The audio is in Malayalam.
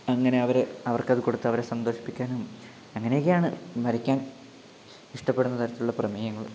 അങ്ങനെ അവർ അവർക്കതു കൊടുത്ത് അവരെ സന്തോഷിപ്പിക്കാനും അങ്ങനെയൊക്കെയാണ് വരയ്ക്കാൻ ഇഷ്ടപ്പെടുന്ന തരത്തിലുള്ള പ്രമേയങ്ങൾ